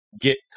get